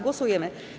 Głosujemy.